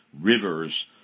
rivers